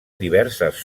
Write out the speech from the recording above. diverses